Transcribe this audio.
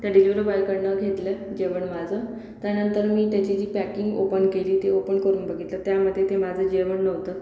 त्या डिलेवरी बॉयकडून घेतलं जेवण माझं त्यानंतर मी त्याची जी पॅकिंग ओपन केली ती ओपन करून बघितलं त्यामध्ये ते माझं जेवण नव्हतं